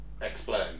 explain